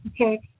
Okay